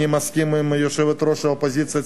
אני מסכים עם יושבת-ראש האופוזיציה,